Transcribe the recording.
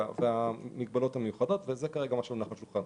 והמגבלות המיוחדות וזה מה שעומד לאישורכם.